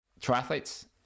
triathletes